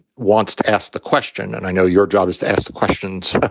wants to ask the question, and i know your job is to ask the questions.